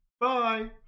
bye